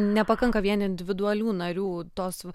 nepakanka vien individualių narių tos